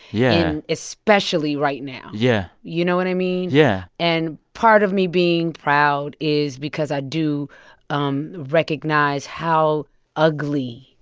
yeah. and especially right now yeah you know what i mean? yeah and part of me being proud is because i do um recognize how ugly